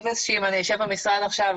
יש פה כבש שאם אני אשב במשרד עכשיו